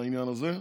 העניין הזה,